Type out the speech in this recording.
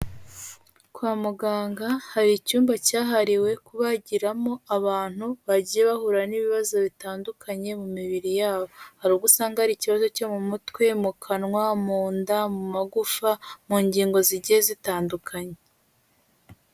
Kwa muganga hari icyumba cyahariwe kubagiramo abantu bagiye bahura n'ibibazo bitandukanye mu mibiri yabo hari ubwo usanga ari ikibazo cyo mu mutwe mu kanwa munda mu magufa mu ngingo zigiye zitandukanye.